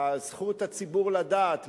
זכות הציבור לדעת,